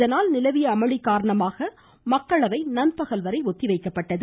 இதனால் நிலவிய அமளி காரணமாக அவை நன்பகல் வரை ஒத்திவைக்கப்பட்டது